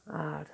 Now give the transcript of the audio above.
আর